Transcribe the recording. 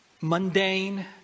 mundane